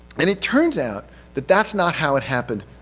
and it turns out that that's not how it happened.